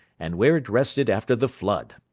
and where it rested after the flood.